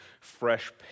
fresh